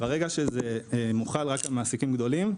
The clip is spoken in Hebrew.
ברגע שזה מוחל רק על מעסיקים גדולים,